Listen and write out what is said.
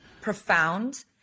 profound